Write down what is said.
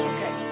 Okay